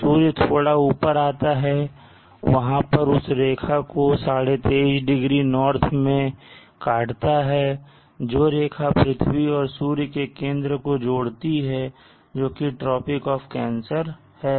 सूर्य थोड़ा ऊपर आता है जहां वह उस रेखा को 23 ½ 0 N में काटता है जो रेखा पृथ्वी और सूर्य के केंद्र को जोड़ती है जोकि ट्रॉपिक ऑफ़ कैंसर है